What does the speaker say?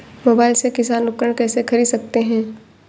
Mobile से किसान उपकरण कैसे ख़रीद सकते है?